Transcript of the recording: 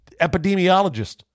epidemiologist